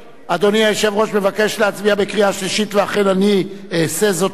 מבקש להצביע בקריאה שלישית ואכן אני אעשה זאת מייד.